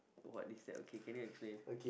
what is that okay okay can you explain